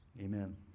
Amen